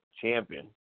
champion